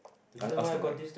I also don't like